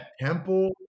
Temple